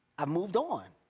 i've moved on.